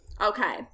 okay